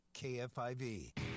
KFIV